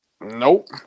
Nope